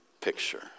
picture